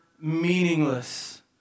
meaningless